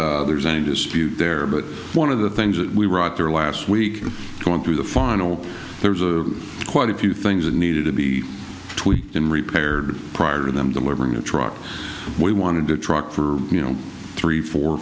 there's any dispute there but one of the things that we were out there last week going through the final there was quite a few things that needed to be tweaked and repaired prior to them delivering a truck we wanted to truck for you know three four